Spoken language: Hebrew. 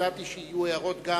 ידעתי שיהיו הערות גם